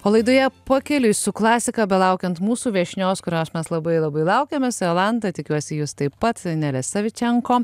o laidoje pakeliui su klasika belaukiant mūsų viešnios kurios mes labai labai laukiame su jolanta tikiuosi jūs taip pat nelės savičenko